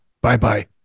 Bye-bye